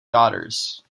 daughters